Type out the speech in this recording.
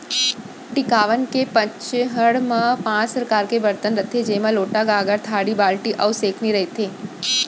टिकावन के पंचहड़ म पॉंच परकार के बरतन रथे जेमा लोटा, गंगार, थारी, बाल्टी अउ सैकमी रथे